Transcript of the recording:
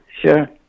Sure